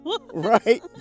Right